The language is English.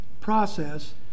process